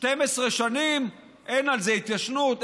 12 שנים, אין על זה התיישנות?